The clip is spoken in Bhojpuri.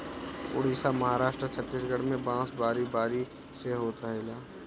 उड़ीसा, महाराष्ट्र, छतीसगढ़ में बांस बारी बारी से होत रहेला